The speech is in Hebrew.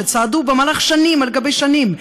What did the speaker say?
שצעדו שנים על גבי שנים,